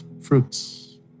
fruits